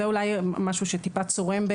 זה אולי משהו שטיפה צורם,